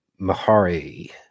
Mahari